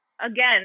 again